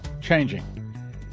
Changing